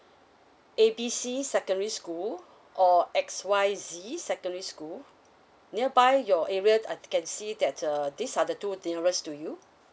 A B C secondary school or X Y Z secondary school nearby your area I can see that uh these are the two nearest to you